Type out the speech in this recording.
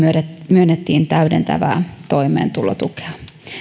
myönnetttiin täydentävää toimeentulotukea